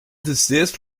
desist